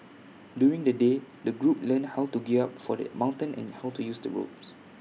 during the day the group learnt how to gear up for the mountain and IT how to use the ropes